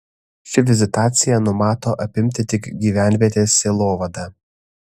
ši vizitacija numato apimti tik gyvenvietės sielovadą